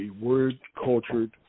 Word-Cultured